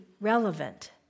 relevant